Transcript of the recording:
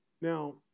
now